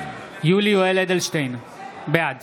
יולי יואל אדלשטיין, בעד